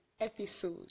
episode